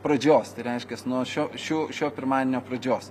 pradžios tai reiškias nuo šio šių šio pirmadienio pradžios